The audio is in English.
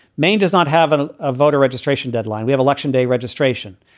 maine does not have and ah a voter registration deadline. we have election day registration.